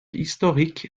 historique